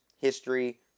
history